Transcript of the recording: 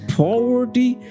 poverty